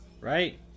right